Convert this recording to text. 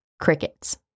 Crickets